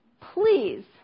please